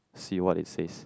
see what it says